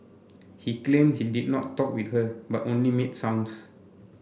he claimed he did not talk with her but only made sounds